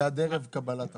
זה עד ערב קבלת החוק.